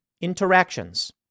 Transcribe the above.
interactions